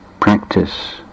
practice